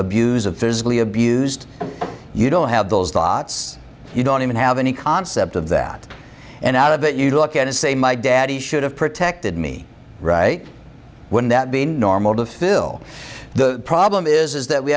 abuse of physically abused you don't have those thoughts you don't even have any concept of that and out of it you look and say my dad he should have protected me right would that be normal to fill the problem is that we